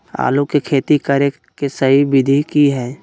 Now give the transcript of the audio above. आलू के खेती करें के सही विधि की हय?